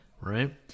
right